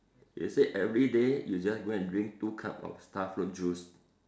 he said everyday you just go and drink two cup of starfruit juice